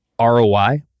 roi